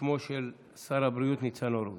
בשמו של שר הבריאות ניצן הורוביץ.